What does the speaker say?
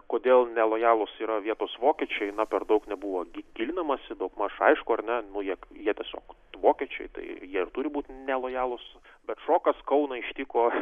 kodėl nelojalūs yra vietos vokiečiai na per daug nebuvo gilinamasi daugmaž aišku kad na nu jie jie tiesiog vokiečiai tai jie ir turi būt nelojalūs bet šokas kauną ištiko